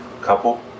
couple